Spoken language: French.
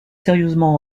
sérieusement